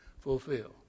fulfill